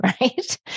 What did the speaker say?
right